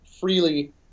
freely